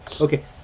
Okay